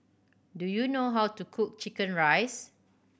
do you know how to cook chicken rice